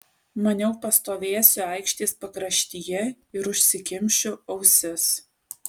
maniau pastovėsiu aikštės pakraštyje ir užsikimšiu ausis